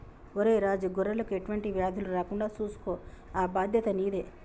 ఒరై రాజు గొర్రెలకు ఎటువంటి వ్యాధులు రాకుండా సూసుకో ఆ బాధ్యత నీదే